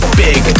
big